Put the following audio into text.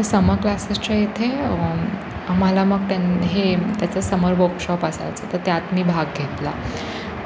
तर समर क्लासेसच्या इथे आम्हाला मग त्यां हे त्याचं समर वर्कशॉप असायचं तर त्यात मी भाग घेतला